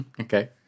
Okay